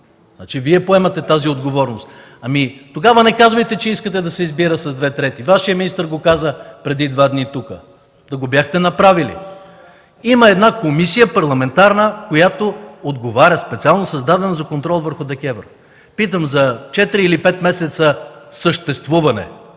Значи Вие поемате тази отговорност. Ами, тогава не казвайте, че искате да се избира с две трети. Вашият министър го каза преди 2 дни тук, да го бяхте направили. Има една парламентарна комисия, която отговаря, специално създадена, за контрол върху ДКЕВР. Питам: за четири или пет месеца съществуване